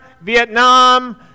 Vietnam